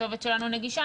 הכתובת שלנו נגישה.